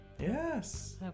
Yes